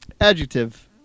Adjective